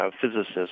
physicists